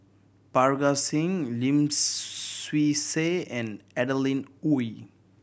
Parga Singh Lim Swee Say and Adeline Ooi